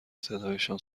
صدایشان